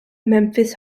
memphis